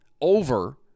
over